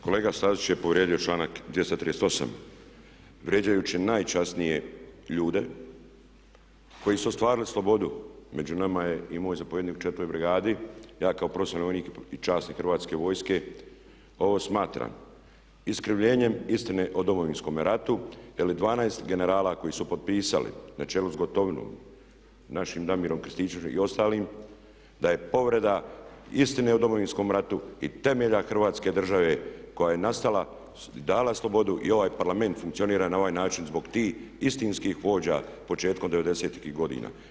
Kolega Stazić je povrijedio članak 238 vrijeđajući najčasnije ljude koji su ostvarili slobodu, među nama je i moj zapovjednik u IV. brigadi, ja kao profesionalni vojnik i časnik Hrvatske vojske ovo smatram iskrivljenjem istine o Domovinskome ratu. … 12 generala koji su potpisali na čelu sa Gotovinom, našim Damirom Krstičevićem i ostalim da je povreda istine o Domovinskom ratu i temelja Hrvatske države koja je nastala dala slobodu i ovaj Parlament funkcionira na ovaj način zbog tih istinskih vođa početkom '90.-ih godina.